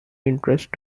interest